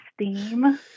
steam